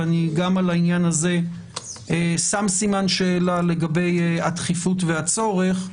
וגם על העניין הזה אני שם סימן שאלה לגבי הדחיפות והצורך,